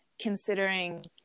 considering